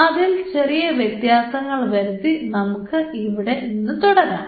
അതിൽ ചെറിയ വ്യത്യാസങ്ങൾ വരുത്തി നമുക്ക് ഇവിടെ നിന്ന് തുടരാം